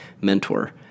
mentor